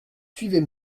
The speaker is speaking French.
suivez